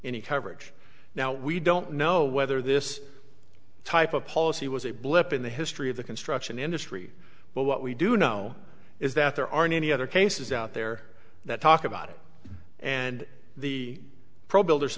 any coverage now we don't know whether this type of policy was a blip in the history of the construction industry but what we do know is that there aren't any other cases out there that talk about it and the pro